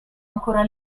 ancora